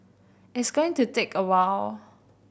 it's going to take a while